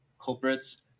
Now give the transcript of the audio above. culprits